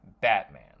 Batman